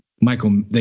Michael